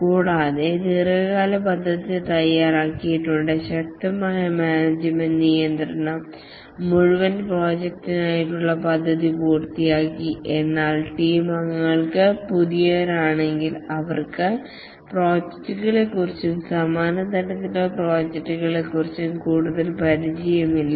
കൂടാതെ ദീർഘകാല പദ്ധതി തയ്യാറാക്കിയിട്ടുണ്ട് ശക്തമായ മാനേജ്മെന്റ് നിയന്ത്രണം മുഴുവൻ പ്രോജക്റ്റിനുമുള്ള പദ്ധതി പൂർത്തിയാക്കി എന്നാൽ ടീം അംഗങ്ങൾ പുതിയവരാണെങ്കിൽ അവർക്ക് പ്രോജക്റ്റുകളെക്കുറിച്ചും സമാന തരത്തിലുള്ള പ്രോജക്ടുകളെക്കുറിച്ചും കൂടുതൽ പരിചയമില്ല